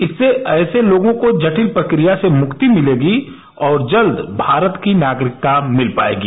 इससे ऐसे लोगों को जटिल प्रक्रिया से मुक्ति मिलेगी और जल्द भारत की नागरिकता मिल पाएगी